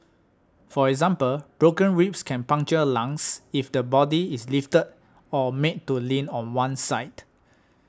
for example broken ribs can puncture lungs if the body is lifted or made to lean on one side